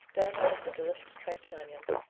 done out of the delicious tripe and onions,